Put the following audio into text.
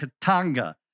Katanga